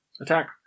Attack